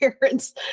parents